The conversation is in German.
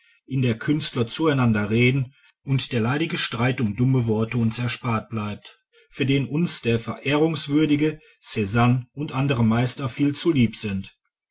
in der künstler zueinander reden und der leidige streit um dumme worte uns erspart bleibt für den uns der verehrungswürdige czanne und andere meister viel zu lieb sind